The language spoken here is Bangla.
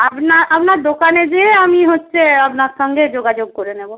আপনার আপনার দোকানে যেয়ে আমি হচ্ছে আপনার সঙ্গে যোগাযোগ করে নেবো